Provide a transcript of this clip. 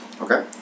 Okay